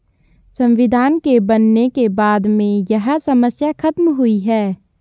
संविधान के बनने के बाद में यह समस्या खत्म हुई है